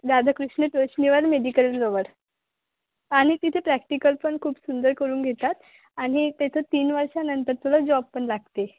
राधाकृष्ण तोष्णीवाल मेडिकलजवळ वर आणि तिथे प्रॅक्टिकल पण खूप सुंदर करून घेतात आणि तिथं तीन वर्षानंतर तुला जॉब पण लागते